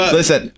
Listen